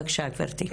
בבקשה גברתי.